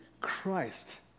Christ